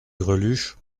greluche